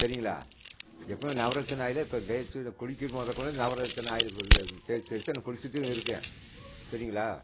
சரிங்களா எப்பவுமே நவரத்தின ஆயிலே இப்போ குளிக்கிறது முதக்கொண்டு நவரத்தின ஆயில் தேச்சு தேச்சு நான் குளிச்சிகிட்டு இருக்கேன் சரிங்களா